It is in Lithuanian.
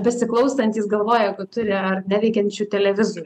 besiklausantys galvoja kad turi ar neveikiančių televizorių